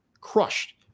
crushed